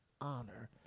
honor